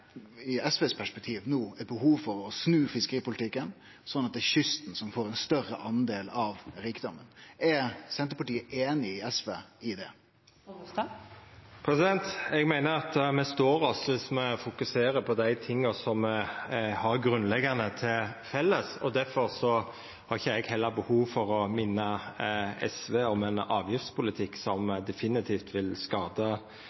no eit behov for å snu fiskeripolitikken, slik at det er kysten som får ein større del av rikdomen. Er Senterpartiet einig med SV i det? Eg meiner at me står oss på å fokusere på dei tinga me grunnleggjande sett har til felles, og difor har ikkje eg heller behov for å minna SV om ein avgiftspolitikk som